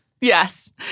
Yes